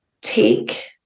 Take